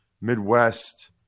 Midwest